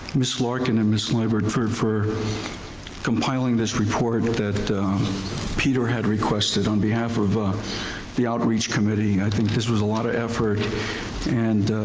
miss larkin and miss liebert for for compiling this report that peter had requested on behalf of the outreach committee i think this was a lot of effort and